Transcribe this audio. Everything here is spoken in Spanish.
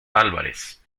álvarez